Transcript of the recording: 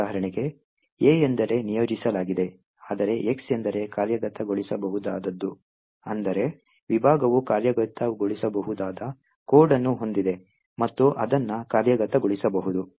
ಉದಾಹರಣೆಗೆ A ಎಂದರೆ ನಿಯೋಜಿಸಲಾಗಿದೆ ಆದರೆ X ಎಂದರೆ ಕಾರ್ಯಗತಗೊಳಿಸಬಹುದಾದದ್ದು ಅಂದರೆ ವಿಭಾಗವು ಕಾರ್ಯಗತಗೊಳಿಸಬಹುದಾದ ಕೋಡ್ ಅನ್ನು ಹೊಂದಿದೆ ಮತ್ತು ಅದನ್ನು ಕಾರ್ಯಗತಗೊಳಿಸಬಹುದು